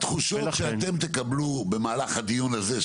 התחושות שאתם תקבלו במהלך הדיון הזה,